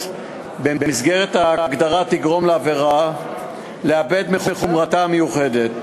במסגרת ההגדרה יגרמו שהעבירה תאבד מחומרתה המיוחדת